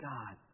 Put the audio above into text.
God